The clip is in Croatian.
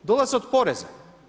Dolaze od poreza.